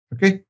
Okay